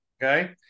Okay